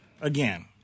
again